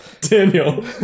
Daniel